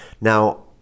now